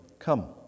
Come